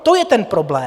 To je ten problém.